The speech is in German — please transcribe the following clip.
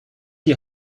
die